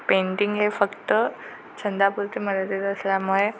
painting हे फक्त छंदापुरते मर्यादित असल्यामुळे